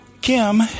Kim